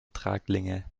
traglinge